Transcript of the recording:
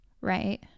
right